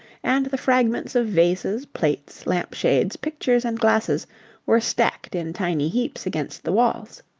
and the fragments of vases, plates, lamp-shades, pictures and glasses were stacked in tiny heaps against the walls.